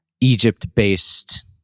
Egypt-based